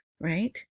right